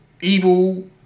evil